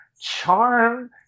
charm